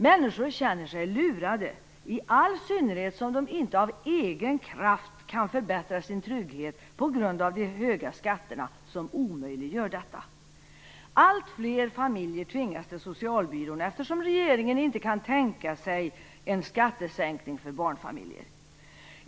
Människor känner sig lurade, i all synnerhet som de inte av egen kraft kan förbättra sin trygghet, eftersom de höga skatterna omöjliggör detta. Allt fler familjer tvingas till socialbyrån därför att regeringen inte kan tänka sig en skattesänkning för barnfamiljer.